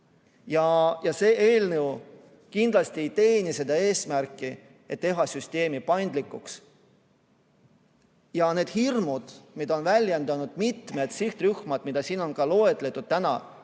ei teeni kindlasti seda eesmärki, et teha süsteemi paindlikuks. Need hirmud, mida on väljendanud mitmed sihtrühmad, mida siin on loetletud ka täna,